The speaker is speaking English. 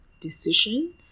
decision